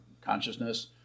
consciousness